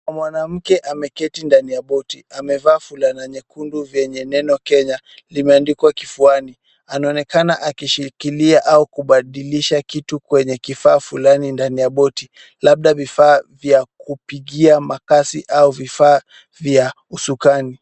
Mwanamke ameketi ndani ya boti, amevaa fulana nyekundu vyenye neno Kenya limeandikwa kifuani. Anaonekana akishikilia au kubadilisha kitu kwenye kifaa fulani ndani ya boti, labda vifaa vya kupigia makasi au vifaa vya usukani.